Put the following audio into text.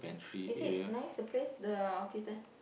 is it nice the place the office there